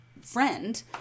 friend